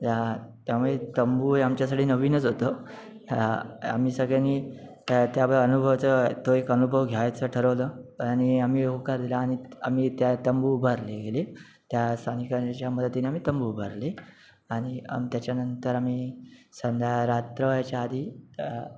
या त्यामुळे तंबू हे आमच्यासाठी नवीनच होतं आम्ही सगळ्यांनी त्या त अनुभवाचं तो एक अनुभव घ्यायचं ठरवलं आणि आम्ही होकार दिला आणि आम्ही त्या तंबू उभारले गेले त्या स्थानिकांच्या मदतीने तंबू उभारले आणि आम त्याच्यानंतर आम्ही संदा रात्र व्हायच्या आधी